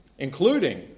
including